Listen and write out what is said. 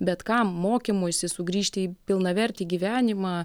bet kam mokymuisi sugrįžti į pilnavertį gyvenimą